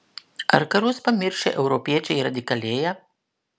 ar karus pamiršę europiečiai radikalėja